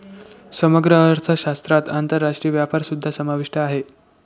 समग्र अर्थशास्त्रात आंतरराष्ट्रीय व्यापारसुद्धा समाविष्ट आहे